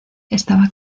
estaba